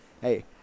hey